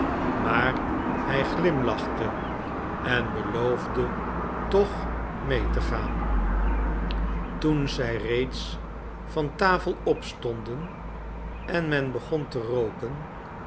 maar hij glimlachte en beloofde toch mee te gaan toen zij reeds van tafel opstonden en men begon te rooken